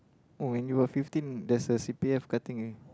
oh when you were fifteen there's a c_p_f cutting eh